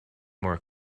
more